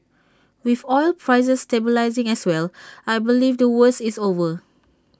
with oil prices stabilising as well I believe the worst is over